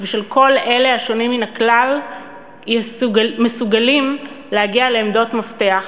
ובכל אלה השונים מן הכלל מסוגלים להגיע לעמדות מפתח,